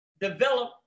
develop